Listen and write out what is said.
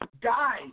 Guys